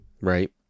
right